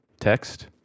Text